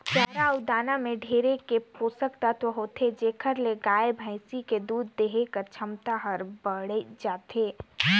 चारा अउ दाना में ढेरे के पोसक तत्व होथे जेखर ले गाय, भइसी के दूद देहे कर छमता हर बायड़ जाथे